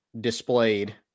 displayed